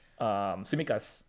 Simikas